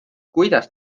kuidas